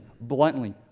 bluntly